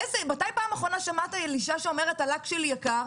מתי פעם אחרונה שמעת על אישה שאומרת שהלק שלה יקר?